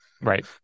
Right